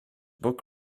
book